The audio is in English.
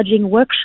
workshop